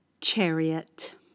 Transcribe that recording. Chariot